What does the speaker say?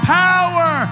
power